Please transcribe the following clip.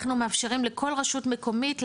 אנחנו מאפשרים לכל רשות מקומית,